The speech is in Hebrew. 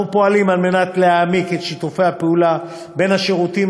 אנחנו פועלים להעמיק את שיתוף הפעולה בין השירותים